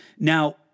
Now